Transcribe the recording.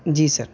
جی سر